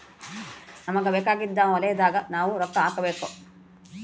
ನಮಗ ಬೇಕಾಗಿದ್ದ ವಲಯದಾಗ ನಾವ್ ರೊಕ್ಕ ಹಾಕಬೇಕು